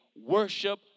worship